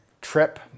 trip